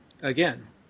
again